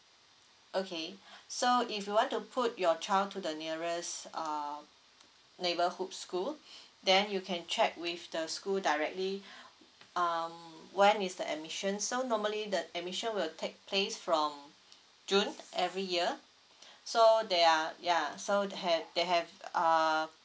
okay so if you want to put your child to the nearest uh neighbourhood school then you can check with the school directly um when is the admissions so normally the admission will take place from june every year so there are ya so they had they have uh